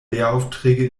lehraufträge